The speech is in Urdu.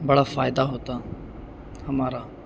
بڑا فائدہ ہوتا ہمارا